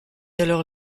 alors